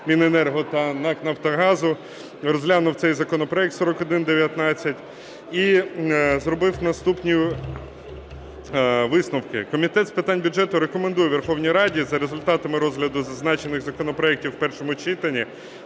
Міненерго та НАК "Нафтогазу" розглянув цей законопроект 4119 і зробив наступні висновки. Комітет з питань бюджету рекомендує Верховній Раді за результатами розгляду зазначених законопроектів в першому читанні